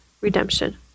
redemption